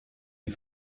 die